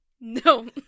No